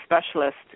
Specialist